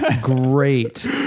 great